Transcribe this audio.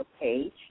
page